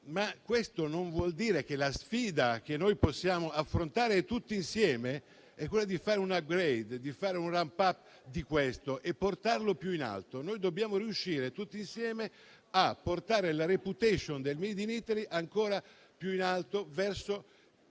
Ma questo non vuol dire che la sfida che possiamo affrontare tutti insieme non sia quella di fare un *upgrade*, un *ramp up* di questo marchio e portarlo ancora più in alto. Dobbiamo riuscire tutti insieme a portare la *reputation* del *made in Italy* ancora più in alto, verso